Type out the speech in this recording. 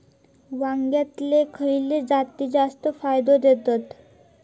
वांग्यातले खयले जाती जास्त फायदो देतत?